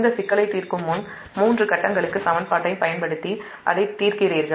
இந்த சிக்கலை தீர்க்கும் முன் மூன்று கட்டங்களுக்கு சமன்பாட்டைப் பயன்படுத்தி அதைத் தீர்க்கிறீர்கள்